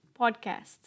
podcasts